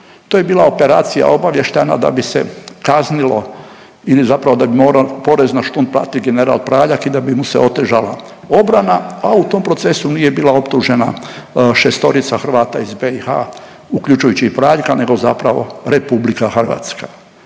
To je bila operacija obavještajna da bi se kaznilo ili zapravo da bi poraz … general Praljak i da bi mu se otežala obrana, a u tom procesu nije bila optužena šestorica Hrvata iz BiH, uključujući i Praljka nego zapravo RH.